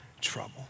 trouble